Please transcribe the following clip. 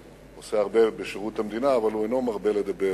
הוא עושה הרבה בשירות המדינה אבל הוא אינו מרבה לדבר,